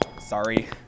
Sorry